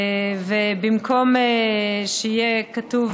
במקום שיהיה כתוב